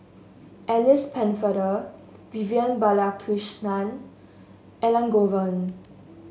Alice Pennefather Vivian Balakrishnan Elangovan